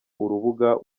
urubuga